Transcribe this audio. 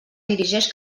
dirigeix